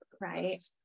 right